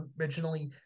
originally